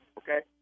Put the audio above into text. okay